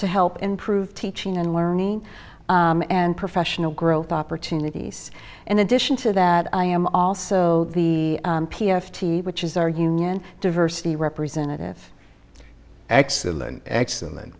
to help improve teaching and learning and professional growth opportunities in addition to that i am also the p f d which is our union diversity representative excellent excellent